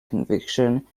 conviction